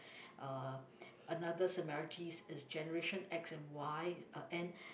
uh another similarities is generation X and Y uh and